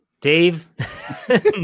Dave